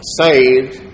saved